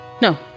No